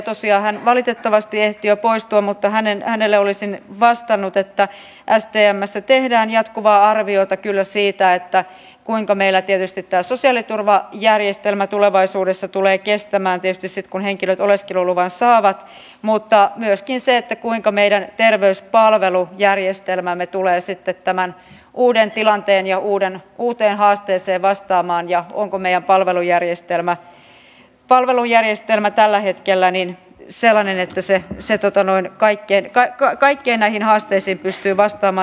tosiaan hän valitettavasti ehti jo poistua mutta hänelle olisin vastannut että stmssä tehdään jatkuvaa arviota kyllä siitä kuinka meillä tämä sosiaaliturvajärjestelmä tulevaisuudessa tulee kestämään kun henkilöt oleskeluluvan saavat mutta myöskin tehdään arviota siitä kuinka meidän terveyspalvelujärjestelmämme tulee tämän uuden tilanteen kestämään ja uuteen haasteeseen vastaamaan ja onko meidän palvelujärjestelmämme tällä hetkellä sellainen että se kaikkiin näihin haasteisiin pystyy vastaamaan